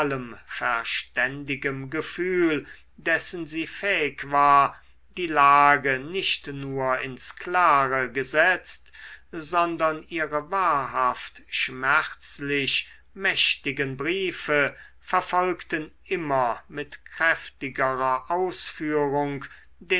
verständigem gefühl dessen sie fähig war die lage nicht nur ins klare gesetzt sondern ihre wahrhaft schmerzlich mächtigen briefe verfolgten immer mit kräftigerer ausführung